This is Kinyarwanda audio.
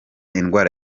indwara